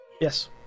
Yes